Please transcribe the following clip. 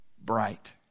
bright